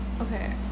Okay